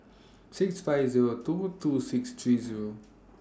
six five Zero two two six three Zero